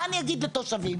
מה אני אגיד לתושבים?